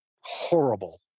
horrible